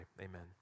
amen